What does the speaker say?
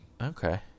Okay